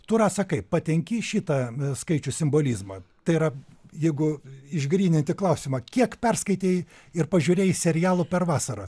tu rasa kaip patenki į šitą skaičių simbolizmą tai yra jeigu išgryninti klausimą kiek perskaitei ir pažiūrėjai serialų per vasarą